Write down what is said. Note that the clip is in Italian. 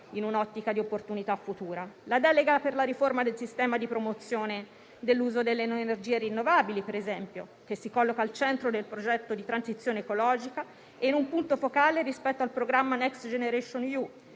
in un'ottica di opportunità futura: la delega per la riforma del sistema di promozione dell'uso delle energie rinnovabili, per esempio, che si colloca al centro del progetto di transizione ecologica e in un punto focale rispetto al programma Next generation EU